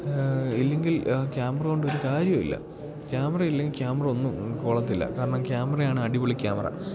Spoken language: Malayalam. ഇല്ലെങ്കിൽ ക്യാമറ കൊണ്ടൊരു കാര്യവുമില്ല ക്യാമറ ഇല്ലെങ്കിൽ ക്യാമറ ഒന്നും കൊള്ളത്തില്ല കാരണം ക്യാമറയാണ് അടിപൊളി ക്യാമറ